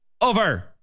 over